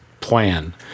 plan